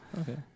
Okay